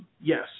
Yes